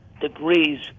degrees